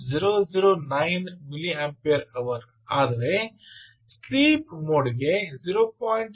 009 milliampere hour ಆದರೆ sleep mode ಗೆ 0